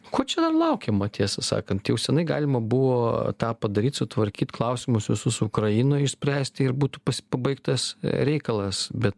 ko čia dar laukiama tiesą sakant jau senai galima buvo tą padaryt sutvarkyt klausimus visus ukrainoj išspręsti ir būtų pabaigtas reikalas bet